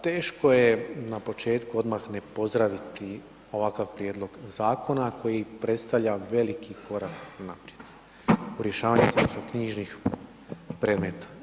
Teško je na početku odmah ne pozdraviti ovakav prijedlog zakona koji predstavlja veliki korak naprijed u rješavanju zemljišnoknjižnih predmeta.